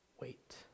wait